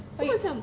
aik